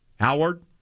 Howard